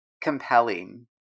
compelling